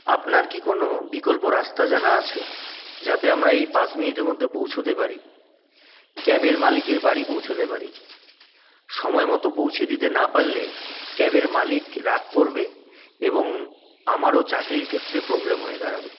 আপনার কি কোনো বিকল্প রাস্তা জানা আছে যাতে আমরা এই পাঁচ মিনিটের মধ্যে পৌঁছতে পারি ক্যাবের মালিকের বাড়ি পৌঁছতে পারি সময়মতো পৌঁছে দিতে না পারলে ক্যাবের মালিক রাগ করবে এবং আমারও চাকরির ক্ষেত্রে প্রবলেম হয়ে দাঁড়াবে